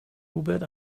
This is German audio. hubert